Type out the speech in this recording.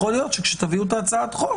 יכול להיות שכאשר תביאו את הצעת החוק,